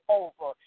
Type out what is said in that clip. over